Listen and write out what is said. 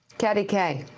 katty kay?